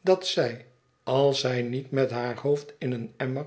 dat zij als zij niet met haar hoofd in een emmer